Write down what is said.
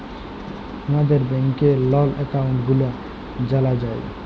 আমাদের ব্যাংকের লল একাউল্ট গুলা জালা যায়